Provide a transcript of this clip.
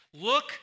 Look